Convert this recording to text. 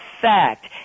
fact